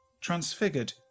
Transfigured